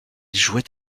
jouait